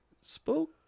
spoke